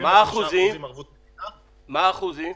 מה האחוזים?